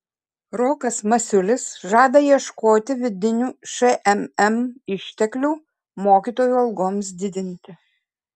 rokas masiulis žada ieškoti vidinių šmm išteklių mokytojų algoms didinti